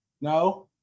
No